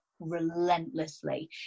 relentlessly